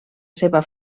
seva